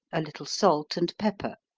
a little salt and pepper.